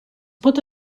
pot